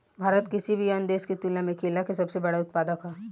भारत किसी भी अन्य देश की तुलना में केला के सबसे बड़ा उत्पादक ह